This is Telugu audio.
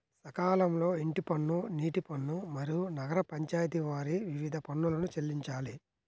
సకాలంలో ఇంటి పన్ను, నీటి పన్ను, మరియు నగర పంచాయితి వారి వివిధ పన్నులను చెల్లించాలి